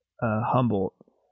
Humboldt